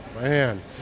Man